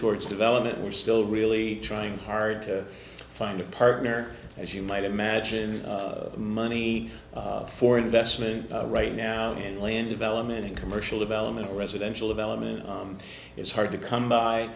towards development we're still really trying hard to find a partner as you might imagine money for investment right now in land development in commercial development residential development it's hard to come by